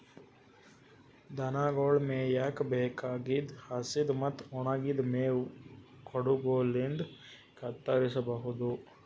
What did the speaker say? ದನಗೊಳ್ ಮೇಯಕ್ಕ್ ಬೇಕಾಗಿದ್ದ್ ಹಸಿದ್ ಮತ್ತ್ ಒಣಗಿದ್ದ್ ಮೇವ್ ಕುಡಗೊಲಿನ್ಡ್ ಕತ್ತರಸಬಹುದು